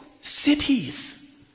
cities